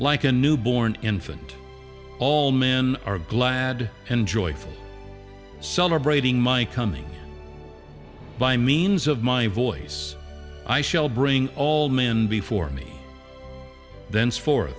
like a newborn infant all men are glad and joyful celebrating my coming by means of my voice i shall bring all men before me thencefor